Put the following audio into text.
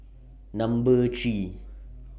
Number three